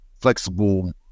flexible